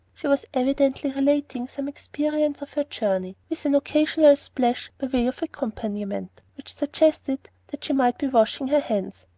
she was evidently relating some experience of her journey, with an occasional splash by way of accompaniment, which suggested that she might be washing her hands.